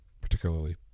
particularly